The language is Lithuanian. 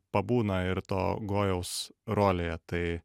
pabūna ir to gojaus rolėje tai